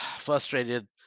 frustrated